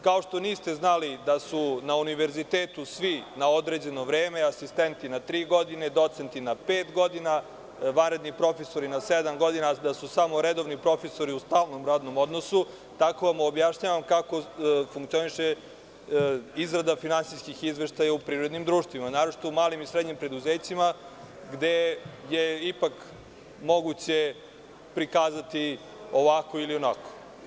Kao što niste znali da na univerzitetu svi na određeno vreme, asistenti na tri godine, docenti na pet godina, vanredni profesori na sedam godina, a da su samo redovni profesori u stalnom radnom odnosu, tako vam objašnjavam kako funkcioniše izrada finansijskih izveštaja u privrednim društvima, naročito u malim i srednjim preduzećima, gde je ipak moguće prikazati ovako ili onako.